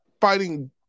fighting